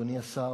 אדוני השר,